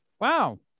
Wow